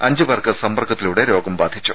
അഞ്ച് പേർക്ക് സമ്പർക്കത്തിലൂടെ രോഗം ബാധിച്ചു